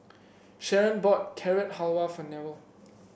Sheron bought Carrot Halwa for Newell